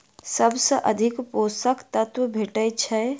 सबसँ अधिक पोसक तत्व भेटय छै?